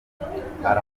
arahaguruka